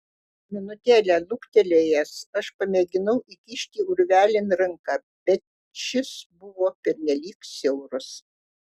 minutėlę luktelėjęs aš pamėginau įkišti urvelin ranką bet šis buvo pernelyg siauras